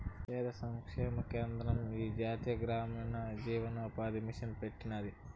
పేదల సంక్షేమ కేంద్రం ఈ జాతీయ గ్రామీణ జీవనోపాది మిసన్ పెట్టినాది